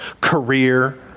Career